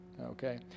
Okay